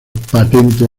patentes